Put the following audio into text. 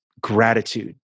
gratitude